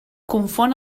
confon